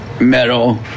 metal